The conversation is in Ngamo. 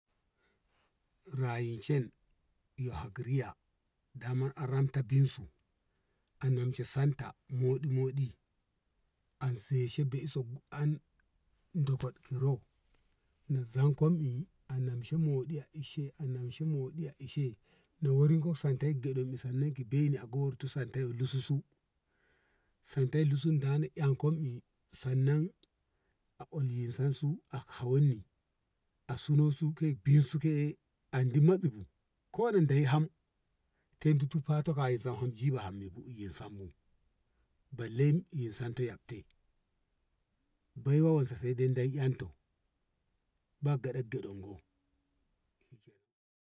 Rayi chen yu hak riya daman a remto bin su a nemshe santa moɗi moɗi anse shi be i so an dokkod ki ro na zankomi a namshi modi a ɗishe a namshi modi a ishe na worinko santa gyadem ni sannan ki beini a gortu santa yyo lususu santa lusun dano yonkom i sannnan a olyaninsan su a hawon ni a sunan su ke binsu ke handi matsi bu ko na dei ham ke dutu fato kaye sam ham jibu am mikuyi samu balle yin samto yabte baiwowan so dai yamte ba kare kirin gu.